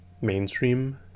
mainstream